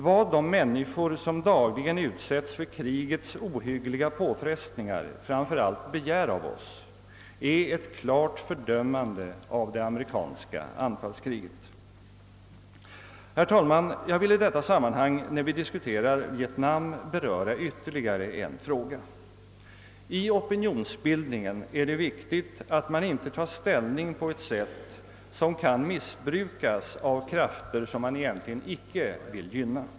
Vad de människor som dagligen utsättes för krigets ohyggligaste påfrestningar framför allt begär av oss är ett klart fördömande av det amerikanska anfallskriget. Herr talman! Jag vill i detta sammanhang när vi diskuterar Vietnam beröra ytterligare en fråga. I opinionsbildningen är det viktigt att man inte tar ställning på ett sätt som kan missbrukas av krafter som man egentligen inte vill gynna.